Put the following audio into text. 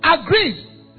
Agreed